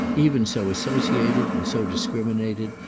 even so associated and so discriminated,